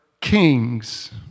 kings